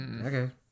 Okay